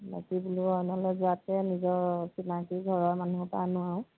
নিজৰ চিনাকী ঘৰৰ মানুহৰ পৰা আনো আৰু